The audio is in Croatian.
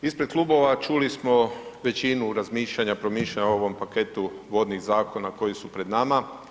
Ispred klubova čuli smo većinu razmišljanja, promišljanja o ovom paketu vodnih zakona koji su pred nama.